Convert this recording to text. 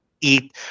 eat